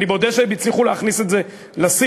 אני מודה שהם הצליחו להכניס את זה לשיח.